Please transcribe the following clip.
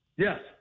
Yes